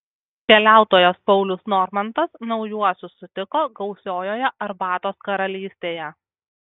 keliautojas paulius normantas naujuosius sutiko gausiojoje arbatos karalystėje